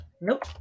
Nope